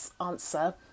answer